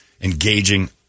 engaging